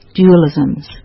dualisms